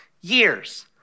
years